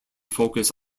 focus